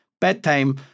bedtime